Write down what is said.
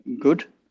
good